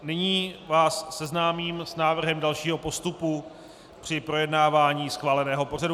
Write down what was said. Nyní vás seznámím s návrhem dalšího postupu při projednávání schváleného pořadu.